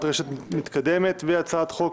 הצבעה אושרה.